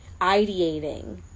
ideating